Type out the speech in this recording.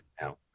now